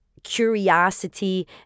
Curiosity